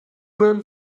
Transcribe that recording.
bahn